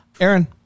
Aaron